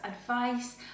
advice